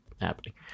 happening